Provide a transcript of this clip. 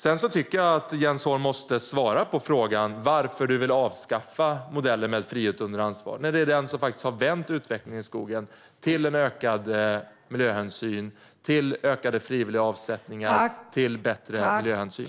Jag tycker också att du måste svara på frågan varför du vill avskaffa modellen med frihet under ansvar, Jens Holm, när det faktiskt är den som har vänt utvecklingen i skogen till ökad miljöhänsyn, ökade frivilliga avsättningar och bättre miljöhänsyn.